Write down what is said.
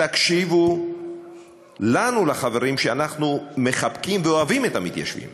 תקשיבו לנו, לחברים שמחבקים ואוהבים את המתיישבים,